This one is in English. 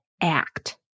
act